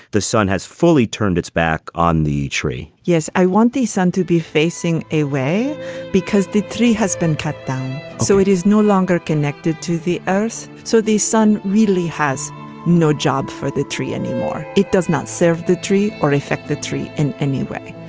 the sun has fully turned its back on the tree yes, i want the sun to be facing a way because the tree has been cut down so it is no longer connected to the earth. so the sun really has no job for the tree anymore. it does not serve the tree or effect the tree in any way.